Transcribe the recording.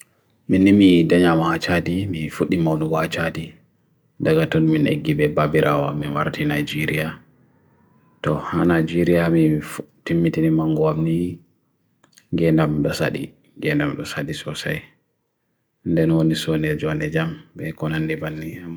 Meni mi denyama achadi, mi fuddi maulu achadi, dagatun mi negibe babira wa mi waratina jiria. Tohana jiria mi fuddi mi tini mangwabni gena mba sadi, gena mba sadi sosai. Nde no niswone joane jam be konan liban ni.